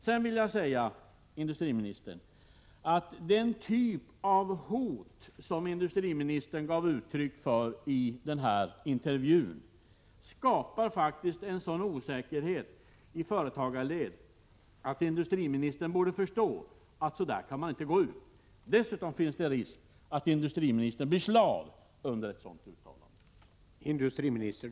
Så vill jag säga till industriministern att den typ av hot som industriministern uttalade i intervjun skapar sådan osäkerhet i företagarleden att industriministern borde förstå att man inte kan gå ut med ett sådant uttalande. Dessutom finns det risk för att industriministern blir slav under uttalandet.